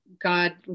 God